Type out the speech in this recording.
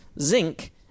zinc